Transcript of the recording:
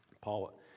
Paul